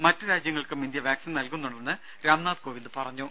മറ്റ് രാജ്യങ്ങൾക്കും India vaccine നൽകുന്നുണ്ടെന്ന് രാഷ്ട്രപതി പറഞ്ഞു